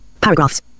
Paragraphs